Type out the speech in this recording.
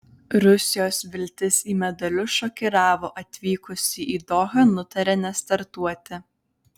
rusijos viltis į medalius šokiravo atvykusi į dohą nutarė nestartuoti